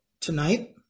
tonight